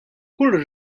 kull